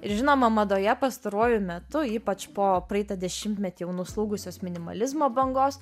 ir žinoma madoje pastaruoju metu ypač po praeitą dešimtmetį jau nuslūgusios minimalizmo bangos